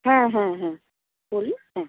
হ্যাঁ হ্যাঁ হ্যাঁ বলুন হ্যাঁ